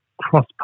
cross